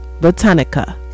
Botanica